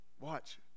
watch